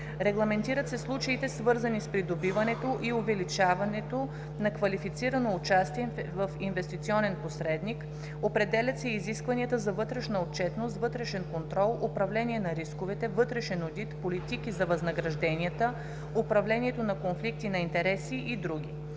Регламентират се случаите, свързани с придобиването и увеличаването на квалифицирано участие в инвестиционен посредник. Определят се и изискванията за вътрешна отчетност, вътрешен контрол, управление на рисковете, вътрешен одит, политики за възнагражденията, управлението на конфликти на интереси и др.;